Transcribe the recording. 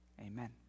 Amen